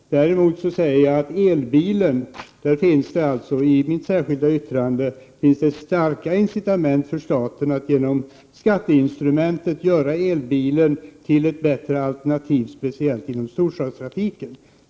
Däremot menar jag, som jag anför i fråga om elbilen i mitt särskilda yttrande, att det finns starka incitament för staten att genom skatteinstrumentet göra elbilen till ett bättre alternativ, speciellt inom storstadstrafiken.